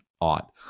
ought